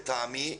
לטעמי,